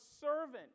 servant